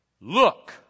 look